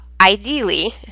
ideally